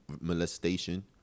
molestation